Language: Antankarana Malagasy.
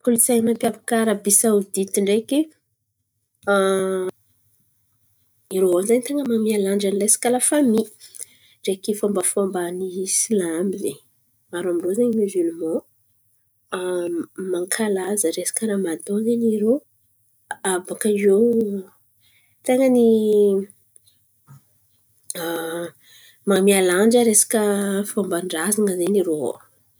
Kolontsain̈y mampiavaka Arabisaodity ndreky. Irô zen̈y ten̈a man̈amia lanjany resaka lafamy, ndreky fômba fômba ny silamo zen̈y. Maro amin-drô zen̈y miziliman, mankalaza resaka rahamandan zen̈y irô. Abaka iô, ten̈a ny man̈amia lanja ny resaka fômban-drazan̈a zen̈y irô.